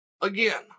again